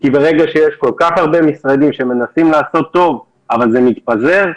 ברגע שיש כל כך הרבה משרדים שמנסים לעשות טוב אבל זה מתפזר,